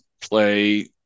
play